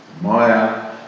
Maya